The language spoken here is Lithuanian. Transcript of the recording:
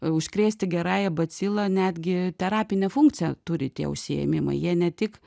užkrėsti gerąja bacila netgi terapinę funkciją turi tie užsiėmimai jie ne tik